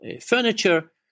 furniture